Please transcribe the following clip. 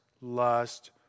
lust